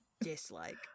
Dislike